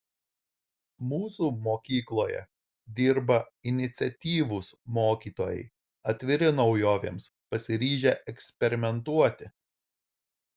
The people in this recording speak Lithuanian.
mūsų mokykloje dirba iniciatyvūs mokytojai atviri naujovėms pasiryžę eksperimentuoti